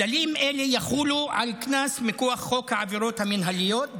כללים אלה יחולו על קנס מכוח חוק העבירות המינהליות,